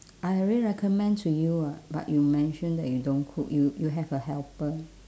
I already recommend to you ah but you mention that you don't cook you you have a helper